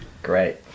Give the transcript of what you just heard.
Great